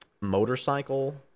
motorcycle